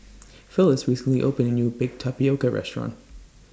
Phyliss recently opened A New Baked Tapioca Restaurant